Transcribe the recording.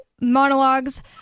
monologues